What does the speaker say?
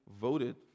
voted